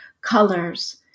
colors